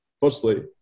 Firstly